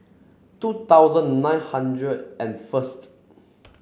two thousand nine hundred and first